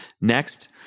Next